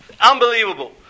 Unbelievable